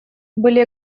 были